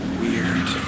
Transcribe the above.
weird